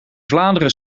vlaanderen